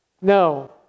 No